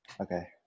Okay